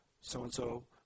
so-and-so